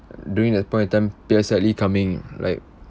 during that point of time P_S_L_E coming like